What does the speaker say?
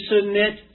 submit